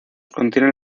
contienen